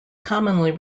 commonly